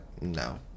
no